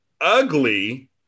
ugly